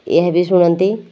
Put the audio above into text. ଏହା ବି ଶୁଣନ୍ତି